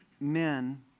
men